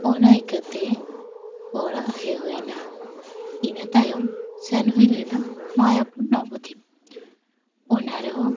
ᱚᱱᱟ ᱤᱠᱟᱹᱣᱛᱮ ᱚᱲᱟᱜ ᱦᱮᱡ ᱦᱩᱭ ᱮᱱᱟ ᱤᱱᱟᱹ ᱛᱟᱭᱚᱢ ᱥᱮᱱ ᱦᱩᱭᱞᱮᱱᱟ ᱢᱟᱭᱟᱯᱩᱨ ᱱᱚᱵᱚᱫᱽᱫᱤᱯ ᱚᱱᱟ ᱨᱮᱦᱚᱸ